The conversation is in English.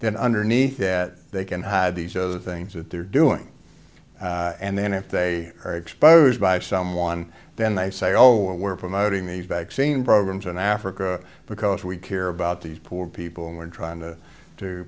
then underneath that they can hide these other things that they're doing and then if they are exposed by someone then they say oh we're promoting these vaccine programs in africa because we care about these poor people and we're trying to